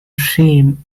shame